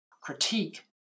critique